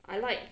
I like